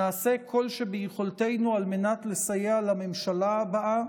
נעשה כל שביכולתנו כדי לסייע לממשלה הבאה